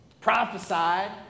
prophesied